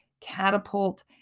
catapult